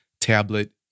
tablet